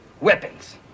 Weapons